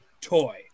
toy